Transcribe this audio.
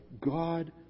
God